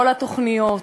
כל התוכניות